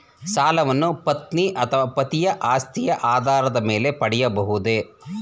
ಸಾಲವನ್ನು ಪತ್ನಿ ಅಥವಾ ಪತಿಯ ಆಸ್ತಿಯ ಆಧಾರದ ಮೇಲೆ ಪಡೆಯಬಹುದೇ?